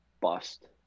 bust